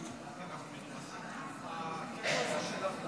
קיבלה את הרוב